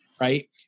right